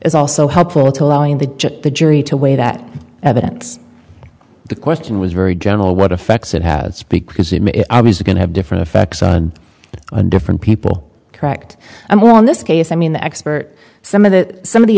is also helpful to allowing the the jury to weigh that evidence the question was very gentle what effects it had speak because it is going to have different effects on different people correct i'm on this case i mean the expert some of the some of the